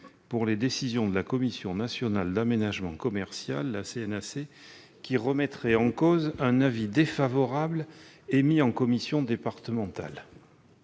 pour les décisions de la commission nationale d'aménagement commercial remettant en cause un avis défavorable émis en commission départementale.